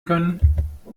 können